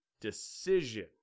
decision